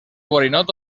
borinot